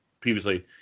previously